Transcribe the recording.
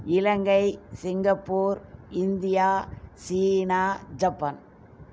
இலங்கை Singapore India சீனா Japan